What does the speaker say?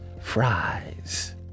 fries